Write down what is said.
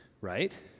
right